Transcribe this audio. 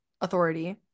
authority